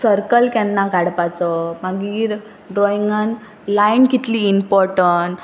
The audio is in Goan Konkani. सर्कल केन्ना काडपाचो मागीर ड्रॉइंगान लायन कितली इमपोर्टंट